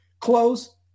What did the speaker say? close